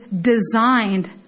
designed